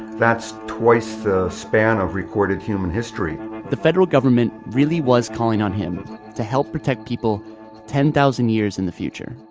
that's twice the span of recorded human history the federal government really was calling on him to help protect people ten thousand years in the future